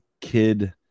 kid